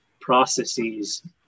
processes